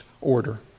order